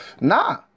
Nah